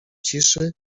ciszy